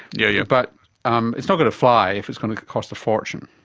yeah yeah but um it's not going to fly if it's going to cost a fortune.